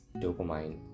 dopamine